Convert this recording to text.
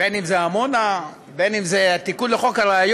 בין אם זה עמונה, בין אם זה תיקון לחוק הראיות,